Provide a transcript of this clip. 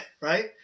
right